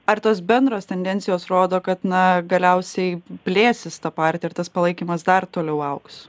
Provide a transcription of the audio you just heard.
ar tos bendros tendencijos rodo kad na galiausiai plėsis ta partija ir tas palaikymas dar toliau augs